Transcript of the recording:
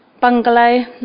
bungalow